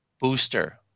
Booster